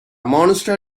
monster